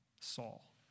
Saul